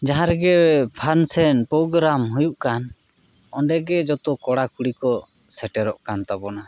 ᱡᱟᱦᱟᱸ ᱨᱮᱜᱮ function program ᱦᱩᱭᱩᱜ ᱠᱟᱱ ᱚᱸᱰᱮ ᱜᱮ ᱡᱚᱛᱚ ᱠᱚᱲᱟ ᱠᱩᱲᱤ ᱠᱚ ᱥᱮᱴᱮᱨᱚᱜ ᱠᱟᱱ ᱛᱟᱵᱚᱱᱟ